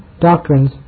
doctrines